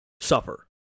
suffer